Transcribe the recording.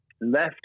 left